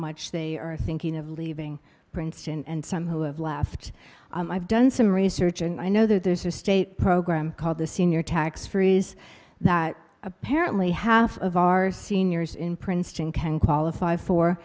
much they are thinking of leaving princeton and some who have left i've done some research and i know that there's a state program called the senior tax freeze that apparently half of our seniors in princeton can qualify for